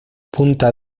punta